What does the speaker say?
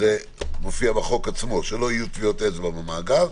זה בחוק עצמו - שלא יהיו טביעות אצבע במאגר,